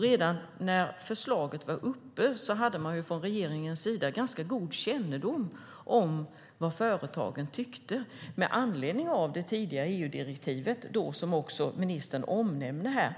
Redan när förslaget var uppe hade regeringen ganska god kännedom om vad företagen tyckte med anledning av det tidiga EU-direktiv som ministern nämner.